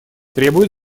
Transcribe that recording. требуют